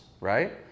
right